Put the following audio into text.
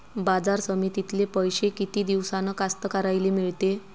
बाजार समितीतले पैशे किती दिवसानं कास्तकाराइले मिळते?